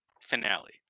finale